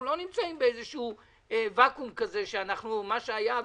אנחנו לא נמצאים באיזשהו ואקום ומה שהיה,